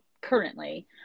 currently